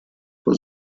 vor